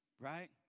Right